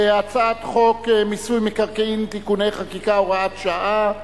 הצעת חוק מיסוי מקרקעין (תיקוני חקיקה) (הוראות שעה),